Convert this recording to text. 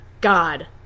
God